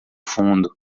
fundo